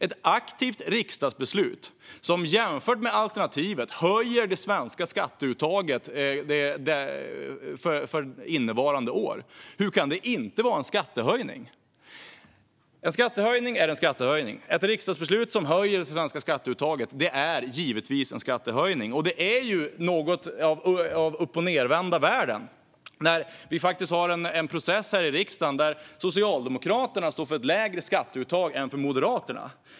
Ett aktivt riksdagsbeslut som jämfört med alternativet höjer det svenska skatteuttaget för innevarande år - hur kan det inte vara en skattehöjning? En skattehöjning är en skattehöjning. Ett riksdagsbeslut som höjer det svenska skatteuttaget är givetvis en skattehöjning. Det är något av uppochnedvända världen när vi har en process här i riksdagen där Socialdemokraterna står för ett lägre skatteuttag än Moderaterna.